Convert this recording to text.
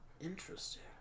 Interesting